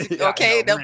okay